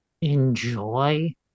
enjoy